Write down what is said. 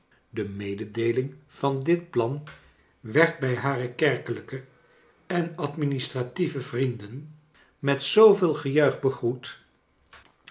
de mededeeling van dit plan werd bij hare kerkelijke en administratieve vrienden met zooveel